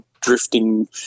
drifting